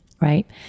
right